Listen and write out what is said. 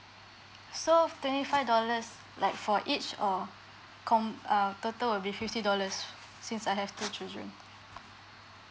so twenty five dollars like for each or com uh total will be fifty dollars since I have two children